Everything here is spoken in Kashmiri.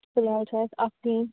فِلحال چھُ اَسہِ